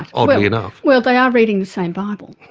oddly enough. well they are reading the same bible.